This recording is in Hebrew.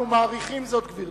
אנחנו מעריכים זאת, גברתי,